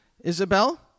Isabel